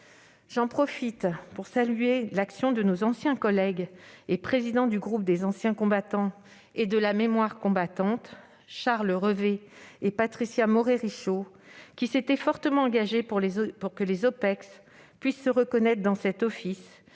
J'en profite pour saluer l'action de nos anciens collègues et présidents du groupe d'études des sénateurs anciens combattants et de la mémoire combattante, Charles Revet et Patricia Morhet-Richaud, qui s'étaient fortement engagés afin que les « OPEX » puissent se reconnaître dans cet office